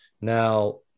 Now